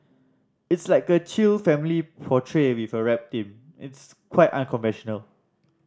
it's like a chill family portrait with a rap theme it's quite unconventional